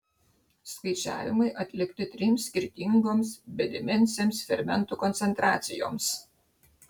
skaičiavimai atlikti trims skirtingoms bedimensėms fermentų koncentracijoms